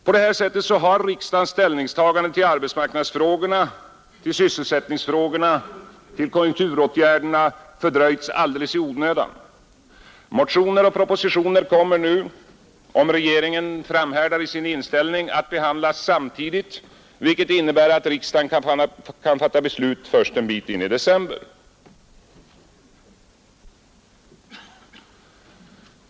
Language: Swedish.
På det sättet har riksdagens ställningstagande i arbetsmarknadsoch sysselsättningsfrågorna samt när det gäller konjunkturåtgärderna fördröjts alldeles i onödan. Motioner och propositioner kommer nu — om regeringen framhärdar i sin inställning — att behandlas samtidigt, vilket innebär att riksdagen kan fatta beslut först en bit in i december.